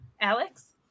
Alex